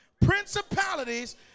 principalities